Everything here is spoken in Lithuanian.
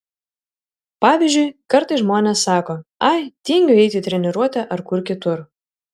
pavyzdžiui kartais žmonės sako ai tingiu eiti į treniruotę ar kur kitur